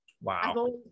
Wow